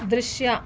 ದೃಶ್ಯ